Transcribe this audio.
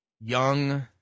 young